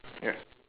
ya